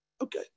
Okay